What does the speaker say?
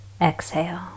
exhale